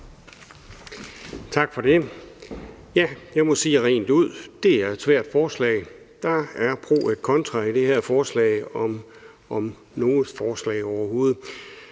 Tak for det. Jeg må sige det rent ud: Det er et svært forslag. Der er pro et contra i det her forslag, om noget forslag overhovedet.